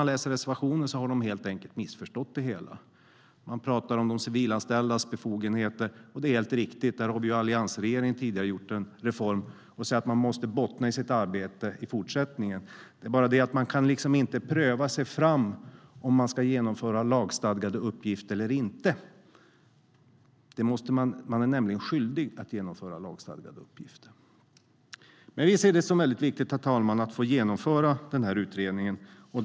Av deras reservation att döma har de helt enkelt missförstått det hela. De talar om de civilanställdas befogenheter, och det är helt riktigt. Där har alliansregeringen tidigare gjort en reform och sagt att man i fortsättningen måste bottna i sitt arbete. Det är bara det att man inte kan pröva sig fram om man ska genomföra lagstadgade uppgifter eller inte. Man är nämligen skyldig att genomföra lagstadgade uppgifter. Men vi ser det som väldigt viktigt, herr talman, att få genomföra den här utredningen.